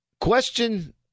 question